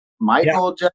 Michael